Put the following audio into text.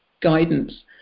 Guidance